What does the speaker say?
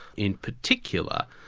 in particular,